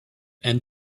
and